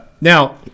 Now